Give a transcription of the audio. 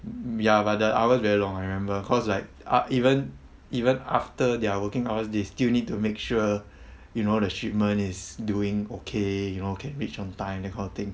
ya but the hours very long I remember cause like uh even even after their working hours they still need to make sure you know the shipment is doing okay you know can reach on time that kind of thing